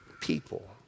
people